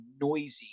noisy